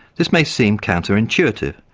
this may seem counter-intuitive.